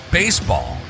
baseball